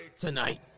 tonight